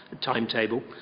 timetable